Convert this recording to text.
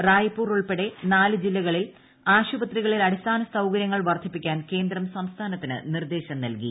റായ്പൂർ ഉൾപ്പെടെ നാല് ജില്ലകളിൽ ആശുപത്രികളിൽ അടിസ്ഥാന സൌകര്യങ്ങൾ വർദ്ധിപ്പിക്കാൻ കേന്ദ്രം സംസ്ഥാനത്തിന് നിർദ്ദേശം നൽകി